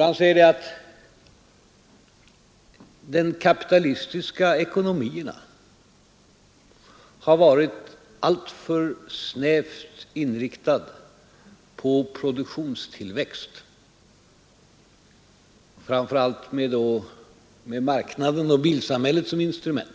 Han säger att den kapitalistiska ekonomin har varit alltför snävt inriktad på produktionstillväxt, framför allt med marknaden och bilsamhället som instrument.